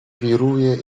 wiruje